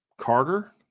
Carter